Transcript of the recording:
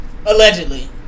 Allegedly